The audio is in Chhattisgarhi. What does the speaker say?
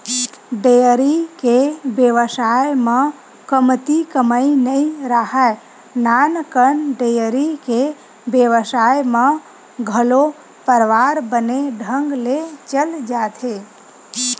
डेयरी के बेवसाय म कमती कमई नइ राहय, नानकन डेयरी के बेवसाय म घलो परवार बने ढंग ले चल जाथे